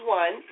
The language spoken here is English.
one